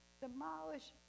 Demolish